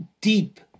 deep